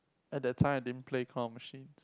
at that time I didn't play claw machine